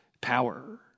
power